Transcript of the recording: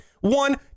one